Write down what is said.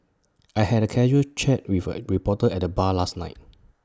I had A casual chat with A reporter at the bar last night